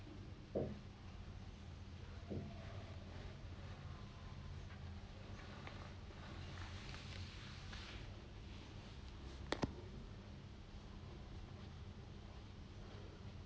oh